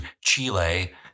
Chile